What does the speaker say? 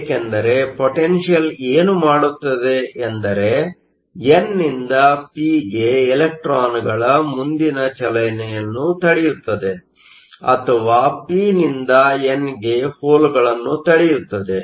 ಏಕೆಂದರೆ ಪೊಟೆನ್ಷಿಯಲ್ ಏನು ಮಾಡುತ್ತದೆ ಎಂದರೆ ಎನ್ ನಿಂದ ಪಿ ಗೆ ಇಲೆಕ್ಟ್ರಾನ್ಗಳ ಮುಂದಿನ ಚಲನೆಯನ್ನು ತಡೆಯುತ್ತದೆ ಅಥವಾ ಪಿ ನಿಂದ ಎನ್ ಗೆ ಹೋಲ್ ಗಳನ್ನು ತಡೆಯುತ್ತದೆ